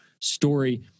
story